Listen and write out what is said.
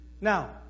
Now